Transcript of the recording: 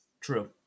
True